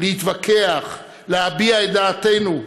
להתווכח, להביע את דעתנו,